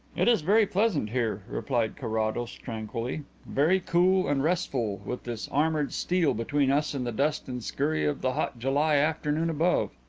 it is very pleasant here, replied carrados tranquilly. very cool and restful with this armoured steel between us and the dust and scurry of the hot july afternoon above.